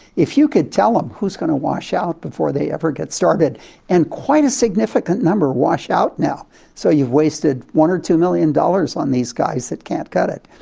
if you could tell them who's going to wash out before they ever get started and quite a significant number wash out now so you've wasted one or two million dollars on these guys that can't cut it.